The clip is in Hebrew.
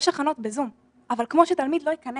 יש הכנות בזום, אבל כמו שתלמיד לא ייכנס,